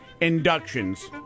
inductions